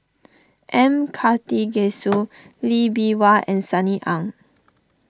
M Karthigesu Lee Bee Wah and Sunny Ang